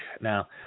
now